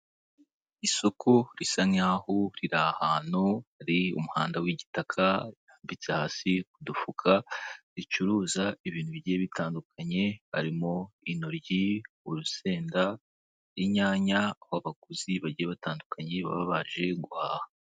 Isoko risa nkaho riri ahantu hari umuhanda w'igitaka harambitse hasi ku dufuka ricuruza ibintu bigiye bitandukanye harimo intoryi, urusenda, inyanya aho abaguzi bagiye batandukanye baba baje guhaha.